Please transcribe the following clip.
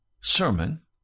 sermon